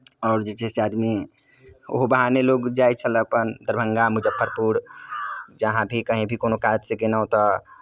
आओर जे छै से आदमी ओहो बहाने लोक जाइ छलय अपन दरभंगा मुजफ्फरपुर जहाँ भी कहीँ भी कोनो काजसँ गेलहुँ तऽ